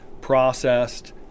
processed